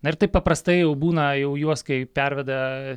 na ir tai paprastai jau būna jau juos kai perveda